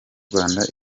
rwanda